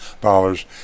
dollars